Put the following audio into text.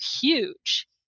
huge